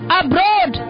abroad